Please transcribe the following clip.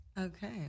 Okay